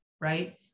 right